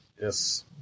Yes